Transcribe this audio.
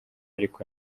ariko